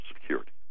Security